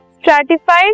Stratified